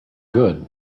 good